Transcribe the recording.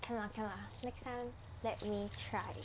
can lah can lah next time let me try